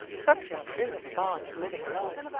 stubtail isn't fond of living alone.